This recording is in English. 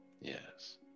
Yes